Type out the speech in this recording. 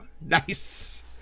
Nice